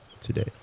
today